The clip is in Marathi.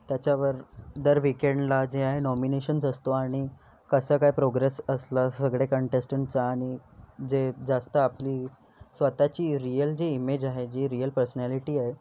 त्याच्यावर दर विकेंडला जे आहे नॉमिनेशन्स असतो आणि कसा काय प्रोग्रेस असला सगळे कंटेस्टंटचा आणि जे जास्त आपली स्वतःची रियल जी इमेज आहे जी रियल पर्सनॅलिटी आहे